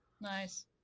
nice